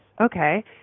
Okay